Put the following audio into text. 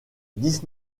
dix